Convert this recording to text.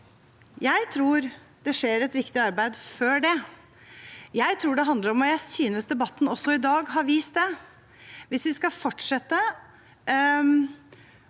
Jeg tror det skjer et viktig arbeid før det. Jeg tror det handler om, og jeg synes debatten i dag også har vist det, at hvis vi skal fortsette